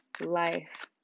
life